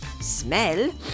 smell